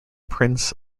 prince